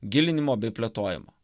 gilinimo bei plėtojimo